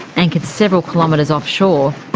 anchored several kilometres offshore,